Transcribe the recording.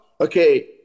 Okay